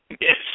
Yes